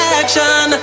action